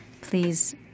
please